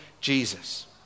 Jesus